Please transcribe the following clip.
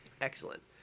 Excellent